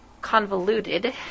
convoluted